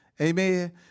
Amen